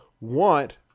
want